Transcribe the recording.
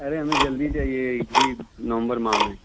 अरे हमें जल्दी चाहिए इधर ही नवंबर माह में